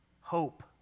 Hope